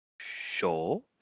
Sure